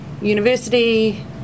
university